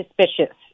suspicious